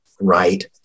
right